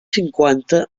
cinquanta